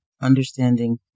understanding